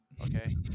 Okay